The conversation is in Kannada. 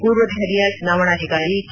ಮೂರ್ವ ದೆಹಲಿಯ ಚುನಾವಣಾಧಿಕಾರಿ ಕೆ